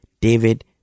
David